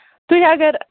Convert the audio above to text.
تُہۍ اَگر